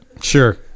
sure